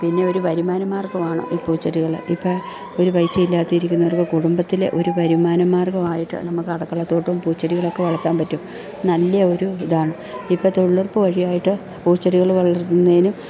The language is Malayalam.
പിന്നെ ഒരു വരുമാനമാർഗ്ഗമാണ് ഈ പൂച്ചെടികൾ ഇപ്പോൾ ഒരു പൈസയില്ലാതിരിക്കുന്നവർക്ക് കുടുംബത്തിലേ ഒരു വരുമാനമാർഗ്ഗമായിട്ട് നമുക്ക് അട്ക്കളത്തോട്ടവും പൂച്ചെടികളൊക്കെ വളത്താൻ പറ്റും നല്ല ഒരു ഇതാണ് ഇപ്പോൾ തൊഴിലുറപ്പ് വഴിയായിട്ട് പൂച്ചെടികൾ വളർത്തുന്നതിന്